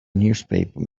newspaper